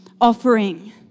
offering